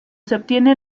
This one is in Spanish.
obtiene